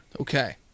Okay